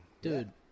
Dude